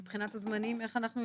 טוב, מבחינת הזמנים, איך אנחנו?